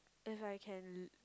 if I can